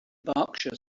berkshire